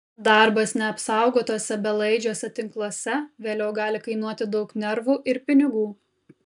darbas neapsaugotuose belaidžiuose tinkluose vėliau gali kainuoti daug nervų ir pinigų